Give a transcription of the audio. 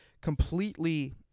completely